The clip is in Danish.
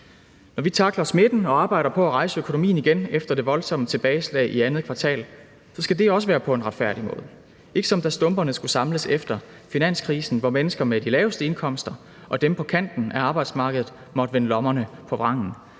Når vi tackler smitten og arbejder på at rejse økonomien igen efter det voldsomme tilbageslag i andet kvartal, så skal det også være på en retfærdig måde og ikke, som da stumperne skulle samles efter finanskrisen, hvor mennesker med de laveste indkomster og dem på kanten af arbejdsmarkedet måtte vende lommerne på vrangen